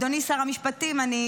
אדוני שר המשפטים, אני